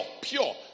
pure